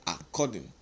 according